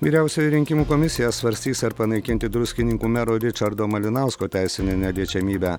vyriausioji rinkimų komisija svarstys ar panaikinti druskininkų mero ričardo malinausko teisinę neliečiamybę